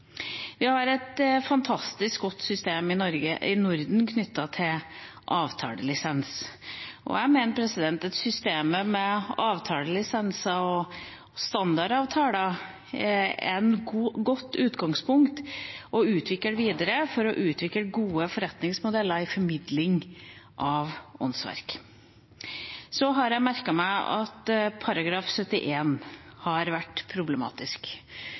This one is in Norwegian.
Vi har et fantastisk godt system i Norden knyttet til avtalelisens. Jeg mener at systemet med avtalelisenser og standardavtaler er et godt utgangspunkt for å utvikle videre gode forretningsmodeller til formidling av åndsverk. Jeg har merket meg at § 71 har vært problematisk.